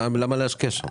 למה להשקיע שם?